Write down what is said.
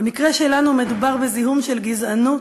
במקרה שלנו מדובר בזיהום של גזענות,